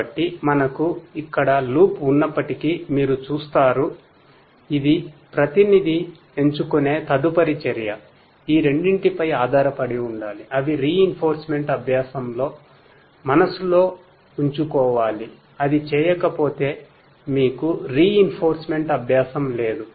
కాబట్టి మనకు ఇక్కడ లూప్ అభ్యాసం లేదు